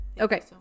Okay